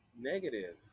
Negative